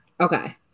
okay